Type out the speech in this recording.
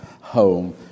home